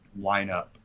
lineup